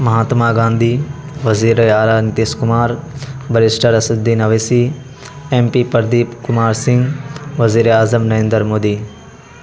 مہاتما گاندھی وزیر اعلیٰ Nitish Kumar barrister Asaduddin Owaisi M P Pradeep Kumar Singh وزیرِ اعظم نریندر مودی